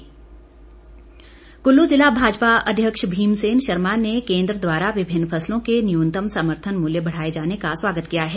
कुल्लू भाजपा कुल्लू जिला भाजपा अध्यक्ष भीम सेन शर्मा ने केंद्र द्वारा विभिन्न फसलों के न्यूनतम समर्थन मूल्य बढ़ाए जाने का स्वागत किया है